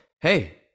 hey